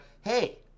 hey